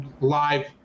live